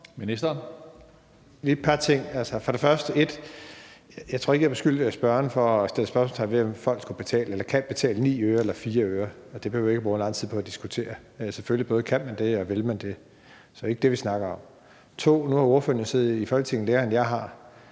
Jeg har lige et par ting. For det første tror jeg ikke, jeg beskyldte spørgeren for at sætte spørgsmålstegn ved, om folk skal betale eller kan betale 9 øre eller 4 øre, og det behøver vi ikke bruge lang tid på at diskutere. Selvfølgelig både kan og vil man det, så det er ikke det, vi snakker om. For det andet har spørgeren siddet i Folketinget længere, end jeg har,